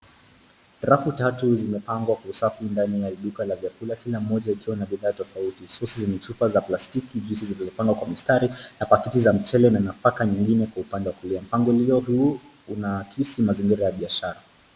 Rafu tatu zimepangwa kwa usafi ndani ya duka la vyakula kila moja ikiwa na bidhaa tofauti. Visusi zenye chupa za plastiki, juisi ziliyopangwa kwa mistari na pakiti za mchele na nafaka nyingine kwa upande wa kulia. Bango lililo huru unaakisi mazingira ya biashara.